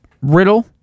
Riddle